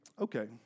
okay